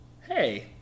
Hey